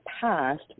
past